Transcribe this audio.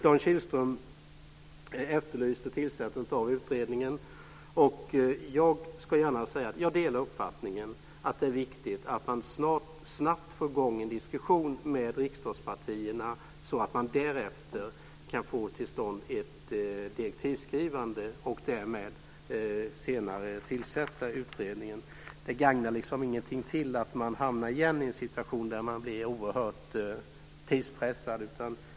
Dan Kihlström efterlyste tillsättandet av utredningen, och jag ska gärna säga att jag delar uppfattningen att det är viktigt att man snabbt får i gång en diskussion med riksdagspartierna, så att man därefter kan få till stånd ett direktivskrivande och därmed senare tillsätta utredningen. Det tjänar liksom ingenting till att man igen hamnar i en situation där man blir oerhört tidspressad.